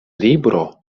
libro